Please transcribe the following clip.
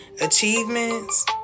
achievements